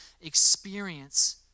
experience